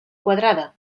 quadrada